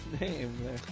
name